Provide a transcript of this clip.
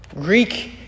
greek